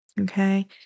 Okay